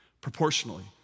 proportionally